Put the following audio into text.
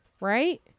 Right